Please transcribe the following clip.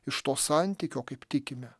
iš to santykio kaip tikime